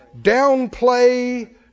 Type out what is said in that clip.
downplay